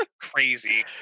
Crazy